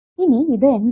ഇനി ഇത് എന്താണ്